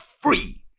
free